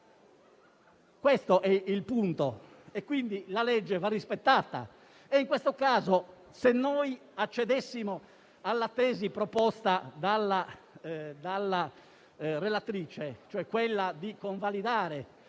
Questo è il punto: la legge va rispettata. In questo caso, se accedessimo alla tesi, proposta dalla relatrice, di convalidare